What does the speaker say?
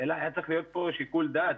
אלא היה צריך להיות כאן שיקול דעת.